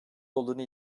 olduğunu